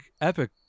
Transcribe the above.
epic